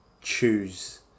choose